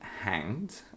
hanged